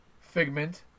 Figment